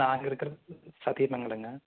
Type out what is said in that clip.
நாங்கள் இருக்கிறது சத்யமங்களங்க